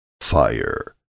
fire